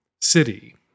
city